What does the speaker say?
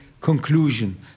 conclusion